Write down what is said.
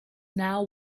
now